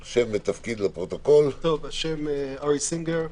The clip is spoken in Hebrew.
שלום, אני ארי סינגר,